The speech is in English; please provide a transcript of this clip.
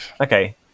okay